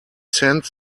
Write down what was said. sent